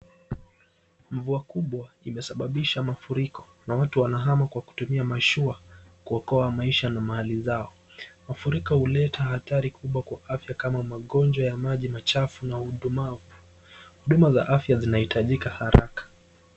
Mvua kubwa imesababisha mafuriko na watu wanahama kwa kutumia mashua kuokoa maisha na mali zao. Mafuriko huleta hatari kubwa kwa afya kama magonjwa ya maji machafu na huduma za afya zinahitajika haraka.